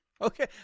Okay